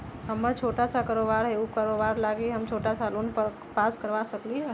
हमर छोटा सा कारोबार है उ कारोबार लागी हम छोटा लोन पास करवा सकली ह?